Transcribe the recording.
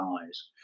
eyes